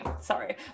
sorry